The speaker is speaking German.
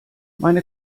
meine